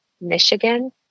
Michigan